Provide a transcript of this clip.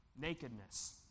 nakedness